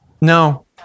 No